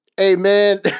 Amen